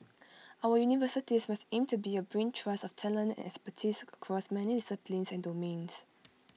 our universities must aim to be A brain trust of talent and expertise across many disciplines and domains